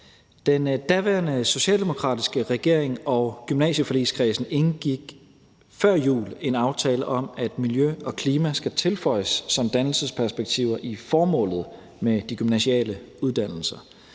Den daværende socialdemokratiske regering og gymnasieforligskredsen indgik før jul en aftale om, at miljø og klima skal tilføjes som dannelsesperspektiver i formålet med de gymnasiale uddannelser.